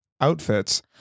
outfits